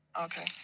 Okay